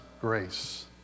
grace